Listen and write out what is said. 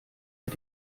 mit